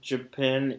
Japan